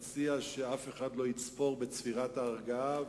אני מציע שאף אחד לא יצפור צפירת ארגעה,